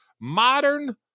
modern